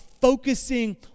focusing